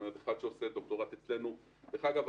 דרך אגב,